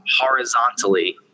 horizontally